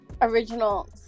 original